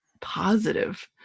positive